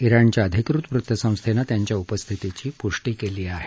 ज्ञाणच्या अधिकृत वृत्तसंस्थेनं त्यांच्या उपस्थितीची पुष्टी केली आहे